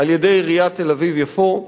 על-ידי עיריית תל-אביב יפו.